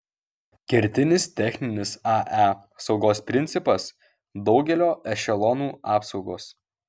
kertinis techninis ae saugos principas daugelio ešelonų apsaugos